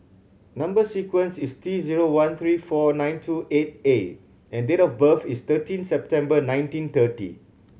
number sequence is T zero one three four nine two eight A and date of birth is thirteen September nineteen thirty